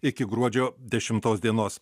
iki gruodžio dešimtos dienos